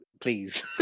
please